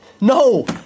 No